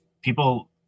people